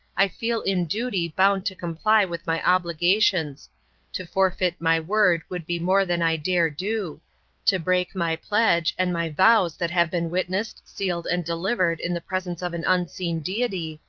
i feel in duty bound to comply with my obligations to forfeit my word would be more than i dare do to break my pledge, and my vows that have been witnessed, sealed, and delivered in the presence of an unseen deity,